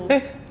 eh